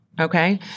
okay